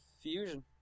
Fusion